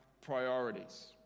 priorities